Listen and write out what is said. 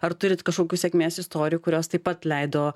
ar turit kažkokių sėkmės istorijų kurios taip pat leido